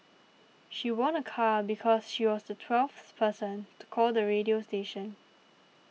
she won a car because she was the twelfth person to call the radio station